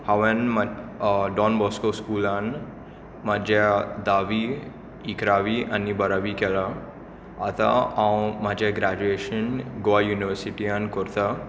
हांवे Don Bosco स्कूलान म्हाज्या धावी इकरावी आनी बारावी केलां आतां हांव म्हाजे ग्रेजुयेशन गोवा युनिवर्सिटीन कोरता